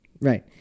Right